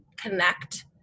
connect